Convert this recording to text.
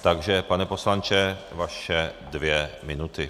Takže pane poslanče, vaše dvě minuty.